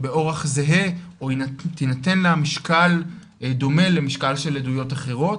באורח זהה או תינתן לה משקל דומה למשקל של עדויות אחרות,